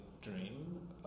dream